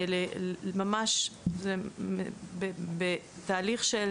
זה ממש בתהליך של